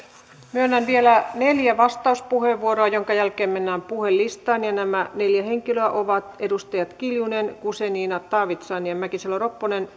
myönnän vielä neljä vastauspuheenvuoroa minkä jälkeen mennään puhujalistaan ja nämä neljä henkilöä ovat edustajat kiljunen guzenina taavitsainen ja mäkisalo ropponen